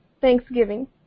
thanksgiving